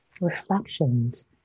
reflections